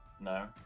No